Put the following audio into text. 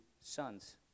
sons